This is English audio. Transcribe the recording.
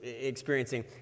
experiencing